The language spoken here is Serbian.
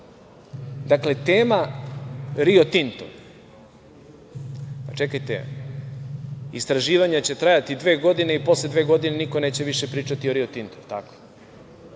Dakle, tema "Rio Tinto". Čekajte, istraživanja će trajati dve godine i posle dve godine niko više neće pričati o "Rio Tintu",